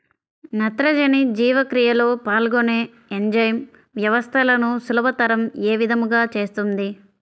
నత్రజని జీవక్రియలో పాల్గొనే ఎంజైమ్ వ్యవస్థలను సులభతరం ఏ విధముగా చేస్తుంది?